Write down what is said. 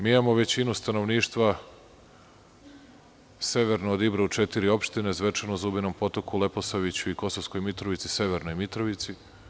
Mi imamo većinu stanovništva severno od Ibra u četiri opštine – Zvečanu, Zubinom Potoku, Leposaviću i Kosovskoj Mitrovici, Severnoj Mitrovici.